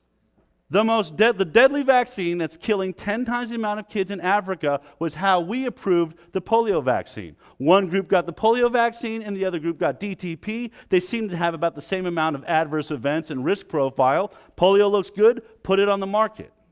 the most deadly deadly vaccine that's killing ten times the amount of kids in africa was how we approved the polio vaccine one group got the polio vaccine and the other group got dtp they seem to have about the same amount of adverse events and risk profile polio looks good put it on the market